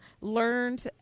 Learned